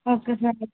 okay sir